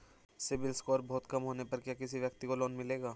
CIBIL score बहुत कम होने पर क्या किसी व्यक्ति को लोंन मिलेगा?